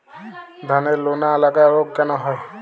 ধানের লোনা লাগা রোগ কেন হয়?